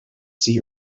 see